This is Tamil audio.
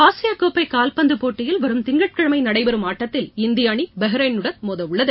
ஆசிய கோப்பை கால்பந்து போட்டியில் வரும் திங்கட்கிழமை நடைபெறும் ஆட்டத்தில் இந்திய அணி பஹ்ரைனுடன் மோதவுள்ளது